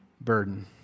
burden